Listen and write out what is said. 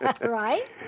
Right